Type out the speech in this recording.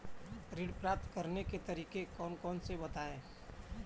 ऋण प्राप्त करने के तरीके कौन कौन से हैं बताएँ?